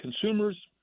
consumers